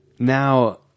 Now